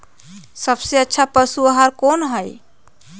सबसे अच्छा पशु आहार कोन हई?